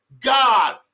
God